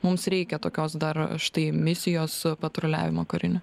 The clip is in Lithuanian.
mums reikia tokios dar štai misijos patruliavimo karinio